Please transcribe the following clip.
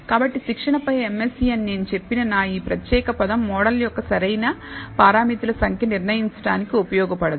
కాబట్టి శిక్షణపై MSE అని నేను చెప్పిన నా ఈ ప్రత్యేక పదం మోడల్ యొక్క సరైన పారామితులు సంఖ్య నిర్ణయించడానికి ఉపయోగపడదు